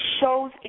shows